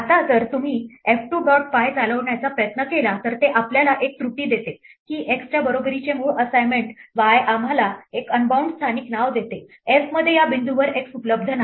आता जर तुम्ही f 2 डॉट py चालवण्याचा प्रयत्न केला तर ते आम्हाला एक त्रुटी देते की x च्या बरोबरीचे मूळ असाइनमेंट y आम्हाला एक अनबाउंड स्थानिक नाव देते f मध्ये या बिंदूवर x उपलब्ध नाही